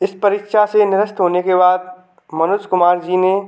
इस परीक्षा से निरस्त होने के बाद मनोज कुमार जी ने